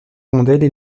rondelles